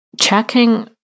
checking